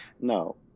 no